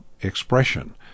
expression